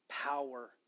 power